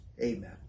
Amen